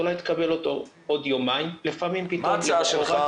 אולי תקבל אותו --- מה ההצעה שלך?